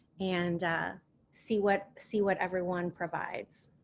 and see what see what everyone provides.